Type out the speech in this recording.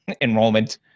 enrollment